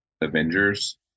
avengers